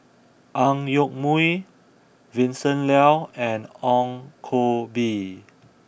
Ang Yoke Mooi Vincent Leow and Ong Koh Bee